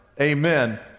Amen